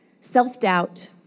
self-doubt